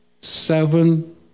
seven